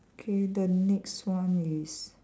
K the next one is